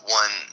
one